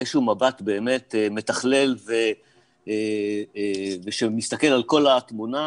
איזה הוא מבט באמת מתכלל ושמסתכל על כל התמונה,